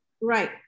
Right